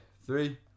Three